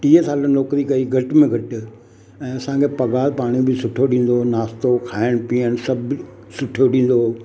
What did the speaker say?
टीह साल नौकिरी कई घटि में घटि ऐं असांखे पघार पाण बि सुठो ॾींदो हुओ नास्तो खाइण पीअण सभु ॾींदो हुओ